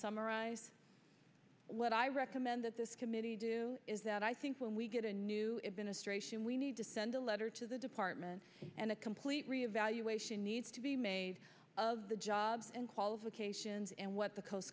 summarize what i recommend that this committee do is that i think when we get a new administration we need to send a letter to the department and a complete reevaluation needs to be made of the job and qualifications and what the coast